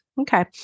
Okay